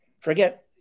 forget